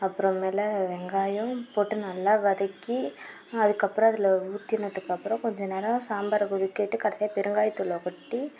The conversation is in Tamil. அப்புற மேல் வெங்காயம் போட்டு நல்லா வதக்கி அதுக்கப்பறம் அதில் ஊத்தினதுக்கப்பறம் கொஞ்ச நேரம் சாம்பாரை கொதிக்க விட்டு கடைசியாக பெருங்காயத்தூளை கொட்டி